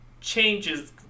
changes